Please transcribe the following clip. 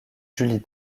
julie